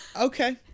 okay